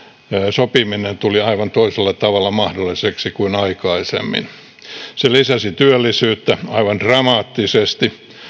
sopiminen tuli aivan toisella tavalla mahdolliseksi kuin aikaisemmin se lisäsi työllisyyttä aivan dramaattisesti